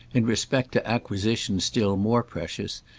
in respect to acquisitions still more precious,